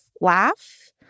laugh